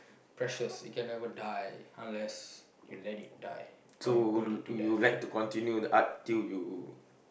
precious it can never die unless you let it die or you burn it to death